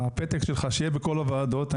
השלט שלך, שיהיה בכל הוועדות.